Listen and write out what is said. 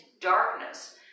darkness